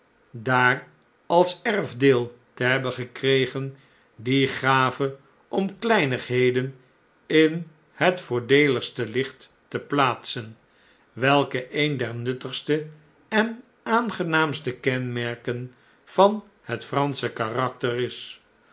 daar als erfdeel te hebben gekregen die gave om kleinigheden in het voordeeligste licht te plaatsen weike een der nuttigste en aangenaamste kenmerken van het fransche karakter is